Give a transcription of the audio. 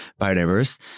biodiverse